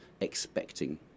expecting